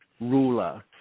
ruler